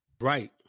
Right